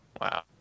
wow